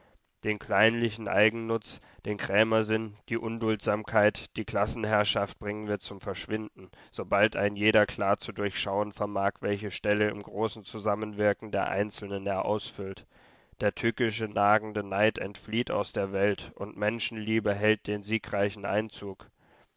den kleinlichen eigennutz den krämersinn die unduldsamkeit die klassenherrschaft bringen wir zum verschwinden sobald ein jeder klar zu durchschauen vermag welche stelle im großen zusammenwirken der einzelnen er ausfüllt der tückische nagende neid entflieht aus der welt und menschenliebe hält den siegreichen einzug